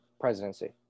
presidency